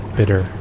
bitter